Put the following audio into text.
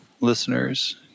listeners